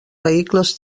vehicles